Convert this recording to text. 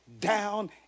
down